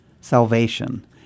salvation